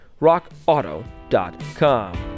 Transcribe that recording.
rockauto.com